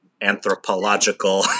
anthropological